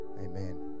Amen